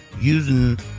using